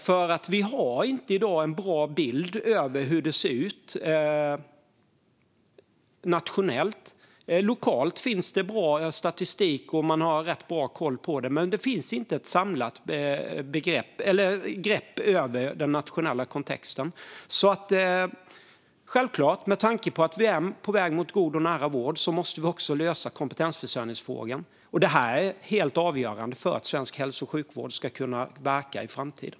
Vi har i dag inte en bra bild av hur det ser ut nationellt. Lokalt finns det bra statistik, och man har rätt bra koll på det. Det finns dock inte något samlat grepp när det gäller den nationella kontexten. Med tanke på att vi är på väg mot god och nära vård måste vi lösa problemet med kompetensförsörjning. Det är helt avgörande för att svensk hälso och sjukvård ska kunna verka i framtiden.